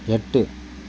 எட்டு